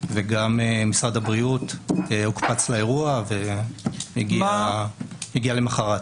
וגם משרד הבריאות הוקפץ לאירוע והגיע למוחרת.